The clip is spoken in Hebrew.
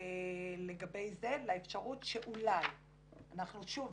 לאפשרות שאולי שוב,